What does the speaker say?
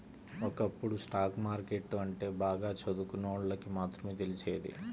ఒకప్పుడు stock market అంటే బాగా చదువుకున్నోళ్ళకి మాత్రమే తెలిసేది